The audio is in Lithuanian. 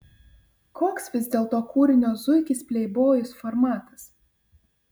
koks vis dėlto kūrinio zuikis pleibojus formatas